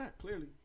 clearly